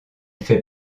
fait